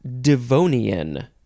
Devonian